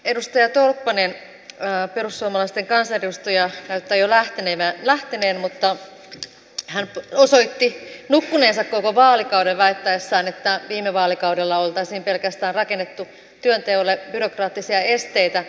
edustaja tolppanen perussuomalaisten kansanedustaja näyttää jo lähteneen mutta hän osoitti nukkuneensa koko vaalikauden väittäessään että viime vaalikaudella oltaisiin pelkästään rakennettu työnteolle byrokraattisia esteitä